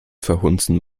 verhunzen